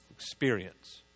Experience